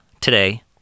today